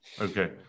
Okay